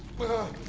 but